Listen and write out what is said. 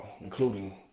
including